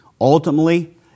Ultimately